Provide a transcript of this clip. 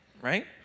right